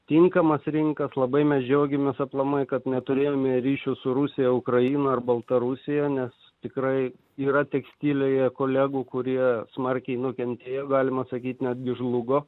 tinkamas rinkas labai mes džiaugiamės aplamai kad neturėjome ryšio su rusija ukraina ar baltarusija nes tikrai yra tekstilėje kolegų kurie smarkiai nukentėjo galima sakyti netgi žlugo